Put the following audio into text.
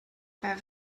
pas